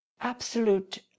absolute